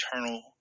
eternal